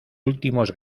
últimos